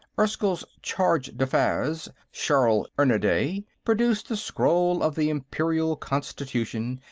erskyll's charge-d'affaires, sharll ernanday, produced the scroll of the imperial constitution,